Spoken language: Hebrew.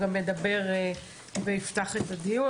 הוא גם ידבר ויפתח את הדיון.